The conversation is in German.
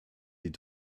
die